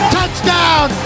Touchdown